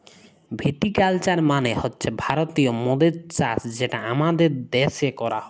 ভিটি culture মালে হছে ভারতীয় মদের চাষ যেটা আমাদের দ্যাশে ক্যরা হ্যয়